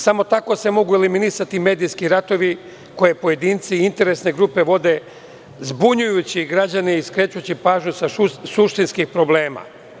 Samo tako se mogu eliminisati medijski ratovi, koje pojedinci interesne grupe vode, zbunjujući građane i skrećući pažnju sa suštinskih problema.